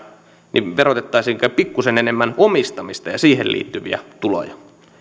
niin verotettaisiinkin pikkuisen enemmän omistamista ja siihen liittyviä tuloja